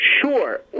Sure